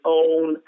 own